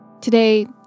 Today